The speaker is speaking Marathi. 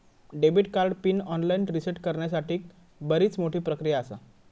debit card pin online reset करण्यासाठीक बरीच मोठी प्रक्रिया आसा